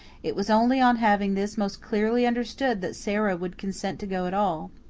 it was only on having this most clearly understood that sara would consent to go at all.